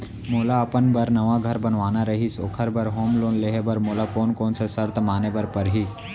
मोला अपन बर नवा घर बनवाना रहिस ओखर बर होम लोन लेहे बर मोला कोन कोन सा शर्त माने बर पड़ही?